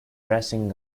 dressing